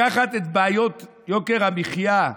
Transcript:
לקחת את בעיות יוקר המחיה,